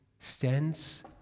stands